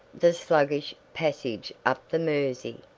the sluggish passage up the mersey,